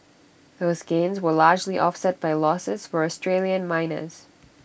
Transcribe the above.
those gains were largely offset by losses for Australian miners